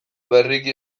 berriki